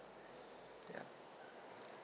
yeah